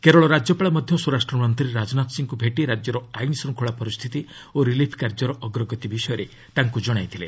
କେରଳ ରାଜ୍ୟପାଳ ମଧ୍ୟ ସ୍ୱରାଷ୍ଟ୍ରମନ୍ତ୍ରୀ ରାଜନାଥ ସିଙ୍କୁ ଭେଟି ରାଜ୍ୟର ଆଇନଶୃଙ୍ଖଳା ପରିସ୍ଥିତି ଓ ରିଲିଫ୍ କାର୍ଯ୍ୟର ଅଗ୍ରଗତି ବିଷୟରେ ତାଙ୍କୁ ଜଣାଇଥିଲେ